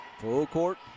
Full-court